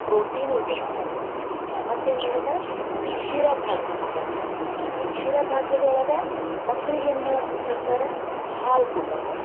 protein ಊಟ ಕೊಡೋದು ಮತ್ತೇನು ಮಾಡ್ಯದ ಕ್ಷೀರ ಭಾಗ್ಯ ಮಾಡ್ಯಾರ ಈ ಕ್ಷೀರ ಭಾಗ್ಯದೊಳಗ ಮಕ್ಳಿಗೆ ಏನು ಮಾಡತ್ತದ ಸರ್ಕಾರ ಹಾಲು ಕೊಡ್ಲತ್ತದ